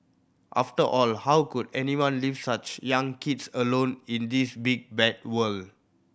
after all how could anyone leave such young kids alone in this big bad world